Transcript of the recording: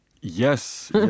Yes